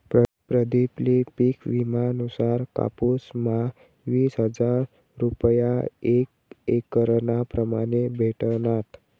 प्रदीप ले पिक विमा नुसार कापुस म्हा वीस हजार रूपया एक एकरना प्रमाणे भेटनात